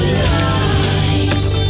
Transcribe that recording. light